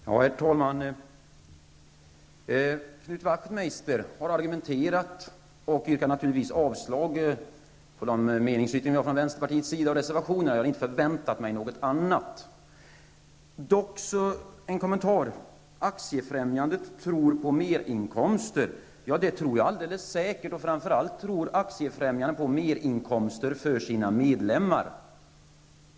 Herr talman! Knut Wachtmeister argumenterade emot och yrkade naturligtvis avslag på de meningsyttringar som vi har avgivit från vänsterpartiets sida. Jag hade inte väntat mig något annat. Jag vill dock göra en kommentar. Aktiefrämjandet tror på merinkomster, sade Knut Wachtmeister. Det tror jag alldeles säkert. Framför allt tror Aktiefrämjandet på merinkomster för sina medlemmar.